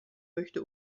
möchte